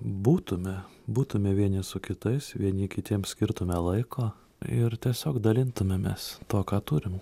būtume būtume vieni su kitais vieni kitiems skirtume laiko ir tiesiog dalintumėmės tuo ką turim